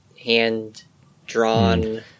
hand-drawn